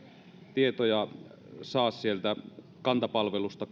tietoja saa sieltä omakanta palvelusta